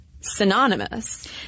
synonymous